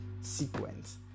sequence